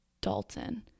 Dalton